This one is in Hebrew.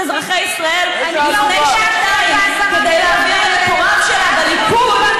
אזרחי ישראל לפני שנתיים כדי להעביר למקורב שלה בליכוד,